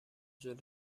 جلوت